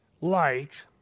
light